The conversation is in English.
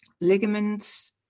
ligaments